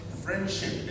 friendship